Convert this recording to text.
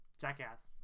Jackass